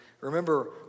Remember